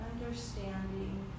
Understanding